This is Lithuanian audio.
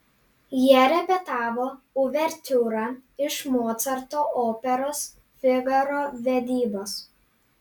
jie repetavo uvertiūrą iš mocarto operos figaro vedybos